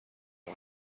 and